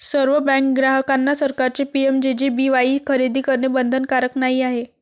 सर्व बँक ग्राहकांना सरकारचे पी.एम.जे.जे.बी.वाई खरेदी करणे बंधनकारक नाही आहे